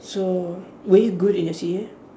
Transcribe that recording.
so were you good in your C_C_A